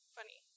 Funny